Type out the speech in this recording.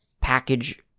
package